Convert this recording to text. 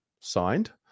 signed